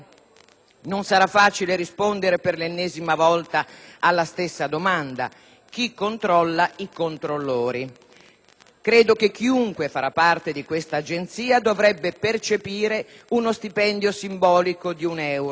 Non sarà facile rispondere, per l'ennesima volta, alla stessa domanda: chi controlla i controllori? Credo che chiunque faccia parte di questa agenzia dovrebbe percepire uno stipendio simbolico di un euro